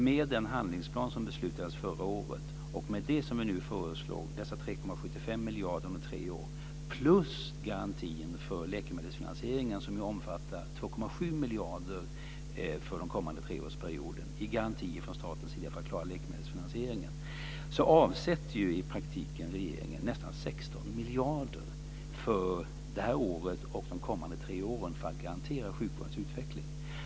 Med den handlingsplan som beslutades förra året och det som vi nu föreslår - med dessa 3,75 miljarder under tre år samt garantin för läkemedelsfinansieringen, som ju omfattar 2,7 miljarder för den kommande treårsperioden i garantier från statens sida - avsätter regeringen i praktiken nästan 16 miljarder för det här året och de kommande tre åren för att garantera sjukvårdens utveckling.